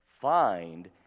find